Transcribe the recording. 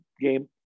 game